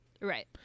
Right